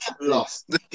lost